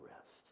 rest